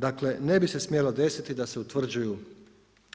Dakle, ne bi se smjelo desiti da se utvrđuju